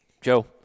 joe